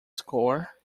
score